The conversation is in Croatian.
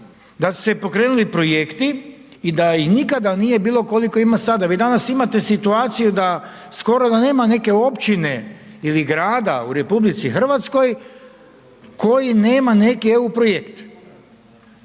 da su se pokrenuli projekti i da ih nikada nije bilo koliko ih ima sada. Vi danas imate situaciju da skoro da nema neke općine ili grada u RH koji nema neki EU projekt,